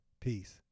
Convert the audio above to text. Peace